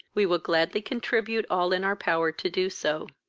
we will gladly contribute all in our power to do so.